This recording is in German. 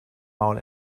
maul